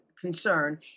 Concern